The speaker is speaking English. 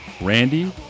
randy